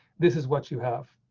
this is what you have